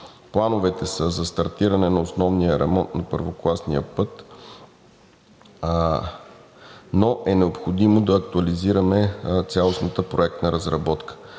Плановете са за стартиране на основния ремонт на първокласния път, но е необходимо актуализиране на проектната разработка.